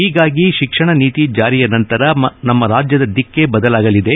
ಹೀಗಾಗಿ ಶಿಕ್ಷಣ ನೀತಿ ಜಾರಿಯ ನಂತರ ನಮ್ಮ ರಾಜ್ಯದ ದಿಕ್ಕೇ ಬದಲಾಗಲಿದೆ